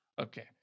Okay